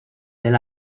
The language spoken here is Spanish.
del